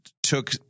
took